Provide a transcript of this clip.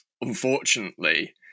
unfortunately